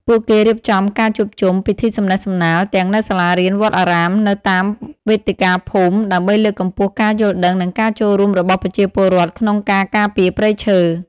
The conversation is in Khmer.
ពួកគេរៀបចំការជួបជុំ ពិធីសំណេះសំណាល ទាំងនៅសាលារៀន វត្តអារាម និងតាមវេទិកាភូមិ ដើម្បីលើកកម្ពស់ការយល់ដឹង និងការចូលរួមរបស់ប្រជាពលរដ្ឋក្នុងការការពារព្រៃឈើ។